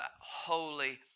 holy